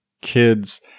kids